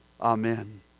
Amen